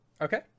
Okay